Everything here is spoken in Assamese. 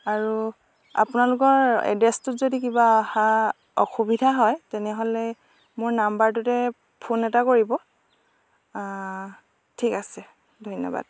আৰু আপোনালোকৰ এড্ৰেচটোত যদি কিবা অহা অসুবিধা হয় তেনেহ'লে মোৰ নাম্বাৰটোতে ফোন এটা কৰিব ঠিক আছে ধন্য়বাদ